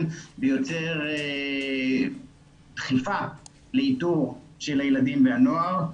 ויוצר דחיפה לאיתור של הילדים והנוער.